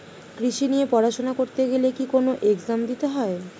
কৃষি নিয়ে পড়াশোনা করতে গেলে কি কোন এগজাম দিতে হয়?